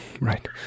Right